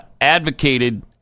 advocated